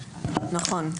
נכון.